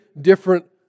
different